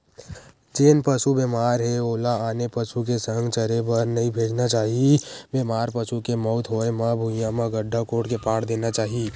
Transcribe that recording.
जेन पसु बेमार हे ओला आने पसु के संघ चरे बर नइ भेजना चाही, बेमार पसु के मउत होय म भुइँया म गड्ढ़ा कोड़ के पाट देना चाही